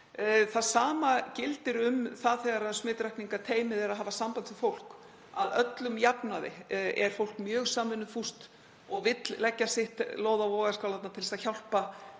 Það sama gildir þegar smitrakningarteymið er að hafa samband við fólk, að öllum jafnaði er fólk mjög samvinnufúst og vill leggja sitt lóð á vogarskálarnar til að hjálpa